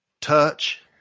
touch